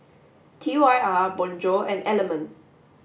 T Y R Bonjour and Element